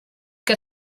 que